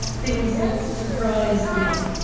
things that surprise me.